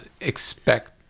expect